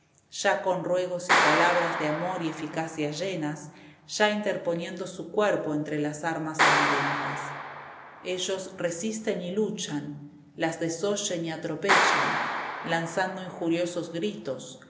ya con ruegos y palabras de amor y eficacia llenas ya interponiendo su cuerpo entre las armas sangrientas ellos resisten y luchan las desoyen y atropelfan lanzando injuriosos gritos y